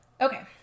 Okay